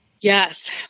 Yes